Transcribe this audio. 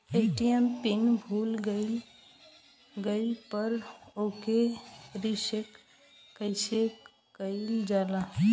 ATM PIN भूल गईल पर ओके रीसेट कइसे कइल जाला?